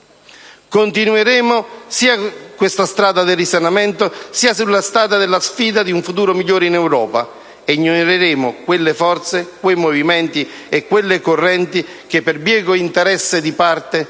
Continueremo sia su questa strada del risanamento sia sulla strada della sfida di un futuro migliore in Europa e ignoreremo quelle forze, quei movimenti e quelle «correnti» che per bieco interesse di parte